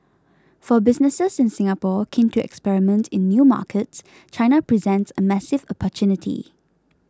for businesses in Singapore keen to experiment in new markets China presents a massive opportunity